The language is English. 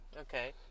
Okay